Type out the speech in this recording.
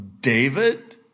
David